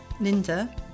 linda